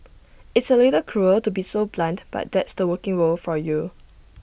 it's A little cruel to be so blunt but that's the working world for you